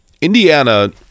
indiana